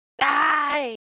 Die